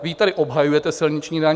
Vy ji tady obhajujete, silniční daň.